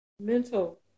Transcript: mental